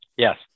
Yes